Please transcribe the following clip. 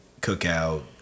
cookout